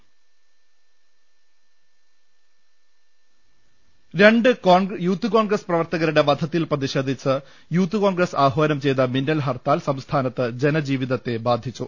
രു ൽ ൾ ൽ ൾ ൽ ൾ ൽ രണ്ട് കോൺഗ്രസ് പ്രവർത്തകരുടെ വധത്തിൽ പ്രതിഷേധിച്ച് യൂത്ത് കോൺഗ്രസ് ആഹാനം ചെയ്ത മിന്നൽ ഹർത്താൽ സംസ്ഥാനത്ത് ജനജീവിതത്തെ ബാധിച്ചു